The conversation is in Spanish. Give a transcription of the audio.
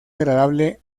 agradable